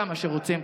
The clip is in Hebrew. כמה שרוצים.